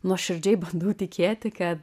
nuoširdžiai bandau tikėti kad